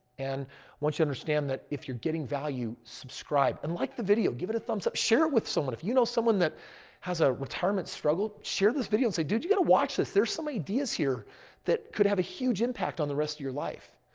and once you understand that if you're getting value, subscribe and like the video. give it a thumbs up. share it with someone. if you know someone that has a retirement struggle, share this video and say, dude, you got to watch this. there's some ideas here that could have a huge impact on the rest of your life.